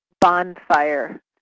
Bonfire